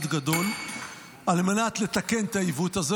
מאוד גדול על מנת לתקן את העיוות הזה,